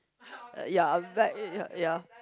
ya back ya